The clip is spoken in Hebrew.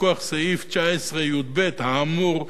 מכוח סעיף 19יב האמור,